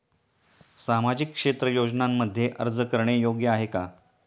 सामाजिक क्षेत्र योजनांमध्ये अर्ज करणे योग्य आहे का?